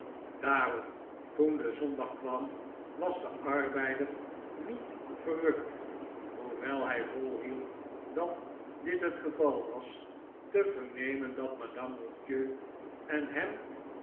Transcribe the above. daarom toen de zondag kwam was de arbeider niet verrukt hoewel hij volhield dat dit het geval was te vernemen dat madame monsieur en hem